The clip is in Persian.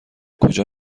کجا